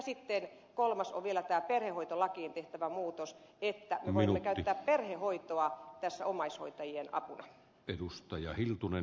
sitten vielä kolmas on tämä perhehoitolakiin tehtävä muutos että me voimme käyttää perhehoitoa tässä omaishoitajien apuna